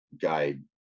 guide